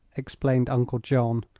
explained uncle john.